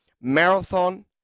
Marathon